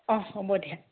অঁ হ'ব দিয়া